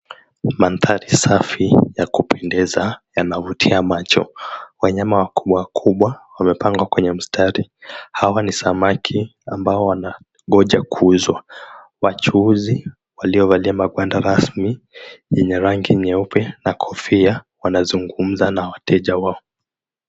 Madhari safi ya kupendeza yanavutia macho. Wanyama wakubwawakubwa wamepangwa kwenye mstari; hawa ni samaki ambao wanagoja kuuzwa. Wachuuzi waliovalia magwanda rasmi yenye rangi nyeupe na kofia wanazungumza na wateja wao.